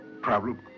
Problem